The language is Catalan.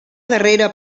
darrera